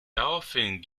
daraufhin